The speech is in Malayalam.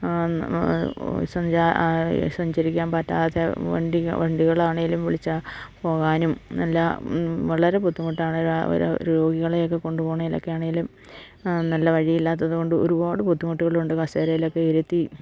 സഞ്ച സഞ്ചരിക്കാൻ പറ്റാതെ വണ്ടി വണ്ടികളാണേലും വിളിച്ചാൽ പോകാനും നല്ല വളരെ ബുദ്ധിമുട്ടാണ് രോഗികളെയൊക്കെ കൊണ്ടുപോകണമെങ്കിലും ഒക്കെ ആണെങ്കിലും നല്ല വഴിയില്ലാത്തത് കൊണ്ട് ഒരുപാട് ബുദ്ധിമുട്ടുകളുണ്ട് കസേരയിലൊക്കെ ഇരുത്തി